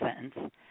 sentence